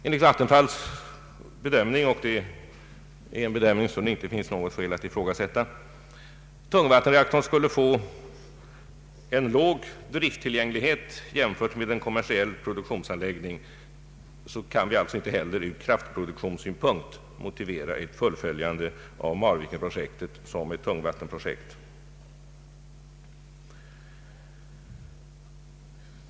Enligt Vattenfalls bedömning — och det är en bedömning som det inte finns något skäl att ifrågasätta — är det inte heller från kraftproduktionssynpunkt motiverat att rekommendera ett fullföljande av Marvikenprojektet som ett tungvattenprojekt.